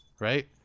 right